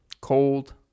cold